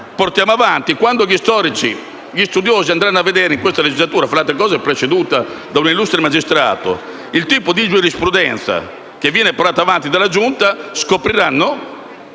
quest'Assemblea. Quando gli storici e gli studiosi andranno a vedere in questa legislatura - tra l'altro presieduta da un illustre magistrato - il tipo di giurisprudenza che viene portata avanti dalla Giunta, scopriranno